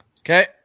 Okay